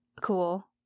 cool